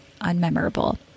unmemorable